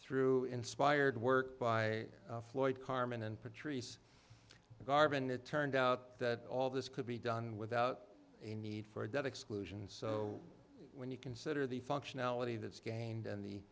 through inspired work by floyd carmen and patrice garvin it turned out that all this could be done without a need for a debt exclusion so when you consider the functionality that's gained and the